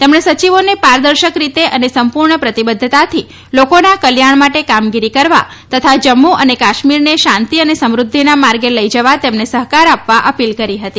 તેમણે સચિવોને પારદર્શક રીતે અને સંપૂર્ણ પ્રતિબદ્ધતાથી લોકોના કલ્યાણ માટે કામગીરી કરવા તથા જમ્મુ અને કાશ્મીરને શાંતિ અને સ્મૃદ્ધિના માર્ગે લઈ જવા તેમને સહકાર આપવા અપિલ કરી હતી